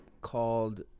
called